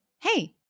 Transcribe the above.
Hey